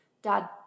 Dad